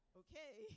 okay